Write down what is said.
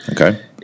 Okay